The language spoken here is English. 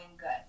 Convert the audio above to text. good